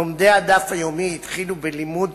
לומדי הדף היומי התחילו בלימוד